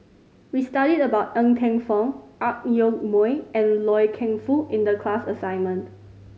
we studied about Ng Teng Fong Ang Yoke Mooi and Loy Keng Foo in the class assignment